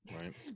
Right